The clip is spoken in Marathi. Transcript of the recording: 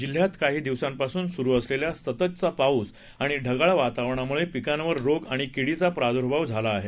जिल्ह्यात काही दिवसांपासून सुरु असलेला सततचा पाऊस आणि ढगाळ वातावरणामुळे पिकांवर रोग आणि किडीचा प्रादुर्भाव झाला आहे